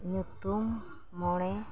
ᱧᱩᱛᱩᱢ ᱢᱚᱬᱮ